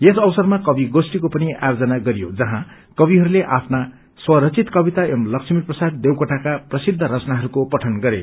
यस अवरमा कवि गोष्ठीको पनि आसोजन गरियो जहाँ कविहरूले आफ्नो स्वरचित कविता एवं लक्ष्मी प्रसाद देवकोटाका प्रसिद्ध रचख्नाहरूको पठन गरे